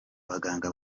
baganga